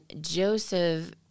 Joseph